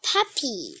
Puppy